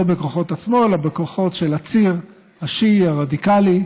לא בכוחות עצמו אלא בכוחות של הציר השיעי הרדיקלי,